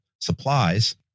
supplies